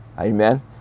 Amen